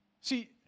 See